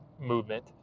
movement